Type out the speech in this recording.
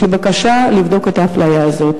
יש לי בקשה לבדוק את האפליה הזאת.